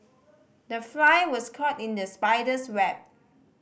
the fly was caught in the spider's web